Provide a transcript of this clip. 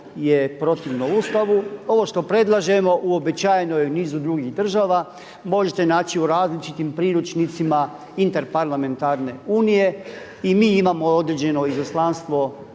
je protivno Ustavu. Ovo što predlažemo uobičajeno je u nizu drugih država. Možete naći u različitim priručnicima Interparlamentarne unije i mi imamo određeno izaslanstvo